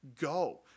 Go